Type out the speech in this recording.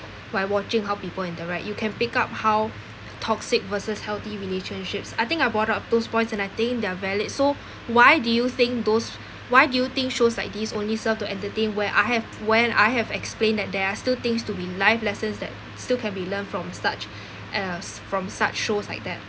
while watching how people interact you can pick up how toxic versus healthy relationships I think I brought up those points and I think they're valid so why do you think those why do you think shows like this only served to entertain where I have when I have explained that there are still things to be life lessons that still can be learned from such uh from such shows like that